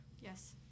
Yes